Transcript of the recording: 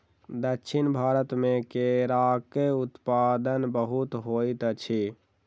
दक्षिण भारत मे केराक उत्पादन बहुत होइत अछि